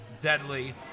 deadly